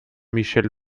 michel